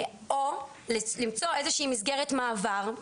או למצוא איזה שהיא מסגרת מעבר,